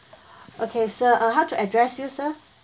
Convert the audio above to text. okay sir uh how to address you sir